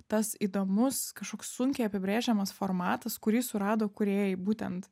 tas įdomus kažkoks sunkiai apibrėžiamas formatas kurį surado kūrėjai būtent